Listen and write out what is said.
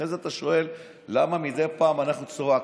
אחרי זה אתה שואל למה מדי פעם אנחנו צועקים.